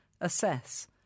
assess